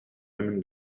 women